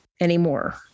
anymore